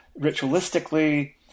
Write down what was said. ritualistically